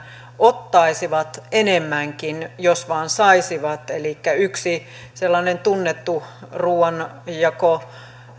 ottaisivat enemmänkin jos vain saisivat yksi sellainen tunnettu ruuanjakojärjestö